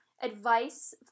Advice